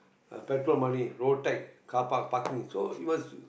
petrol money road tax car park parking so you must